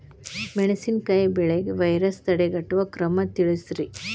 ಮೆಣಸಿನಕಾಯಿ ಬೆಳೆಗೆ ವೈರಸ್ ತಡೆಗಟ್ಟುವ ಕ್ರಮ ತಿಳಸ್ರಿ